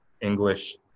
English